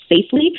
safely